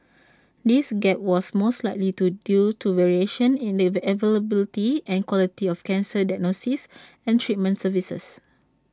this gap was most likely to due to variations in the availability and quality of cancer diagnosis and treatment services